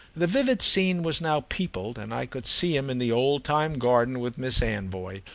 the vivid scene was now peopled, and i could see him in the old-time garden with miss anvoy,